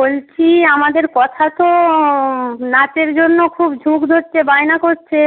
বলছি আমাদের কথা তো নাচের জন্য খুব ঝোঁক ধরছে বায়না করছে